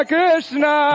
Krishna